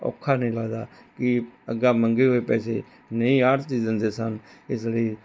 ਔਖਾ ਨਹੀਂ ਲੱਗਦਾ ਕਿ ਅੱਗੇ ਮੰਗੇ ਹੋਏ ਪੈਸੇ ਨਹੀਂ ਆੜਤੀ ਦਿੰਦੇ ਸਨ ਇਸ ਲਈ